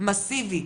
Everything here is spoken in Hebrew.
מאסיבי,